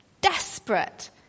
desperate